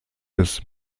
des